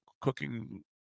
Cooking